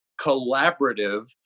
collaborative